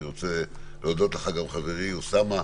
אני רוצה להודות לך, חברי אוסאמה,